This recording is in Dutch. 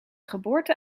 geboorte